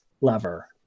lever